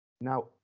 Now